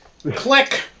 Click